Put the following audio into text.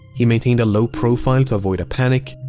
he maintained a low profile to avoid a panic.